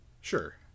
Sure